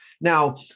Now